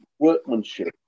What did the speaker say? workmanship